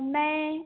मैं